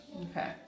Okay